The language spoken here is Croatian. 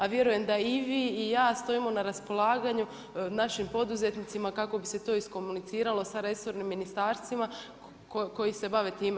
A vjerujem da i vi i ja stojimo na raspolaganju našim poduzetnicima kako bi se to iskomuniciralo sa resornim ministarstvima koji se bave time.